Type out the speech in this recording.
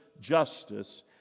justice